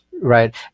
Right